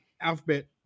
alphabet